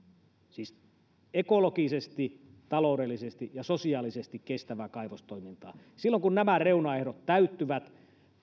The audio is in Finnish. siis ekologisesti taloudellisesti ja sosiaalisesti kestävää kaivostoimintaa silloin kun nämä reunaehdot täyttyvät